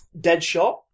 Deadshot